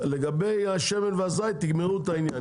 לגבי הדבש והזית תגמרו את העניין,